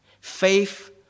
Faith